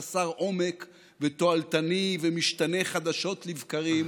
חסר עומק ותועלתני ומשתנה חדשות לבקרים